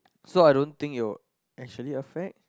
so I don't think it will actually affect